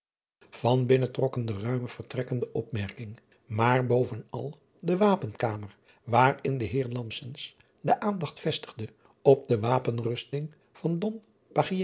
binnen trokken de ruime vertrekken de opmerking maar bovenal de apenkamer waarin de eer de aandacht vestigde op de wapenrusting van